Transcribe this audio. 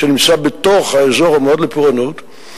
שנמצא בתוך האזור המועד לפורענות,